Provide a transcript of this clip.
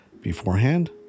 beforehand